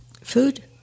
food